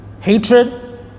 hatred